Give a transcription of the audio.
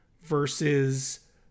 versus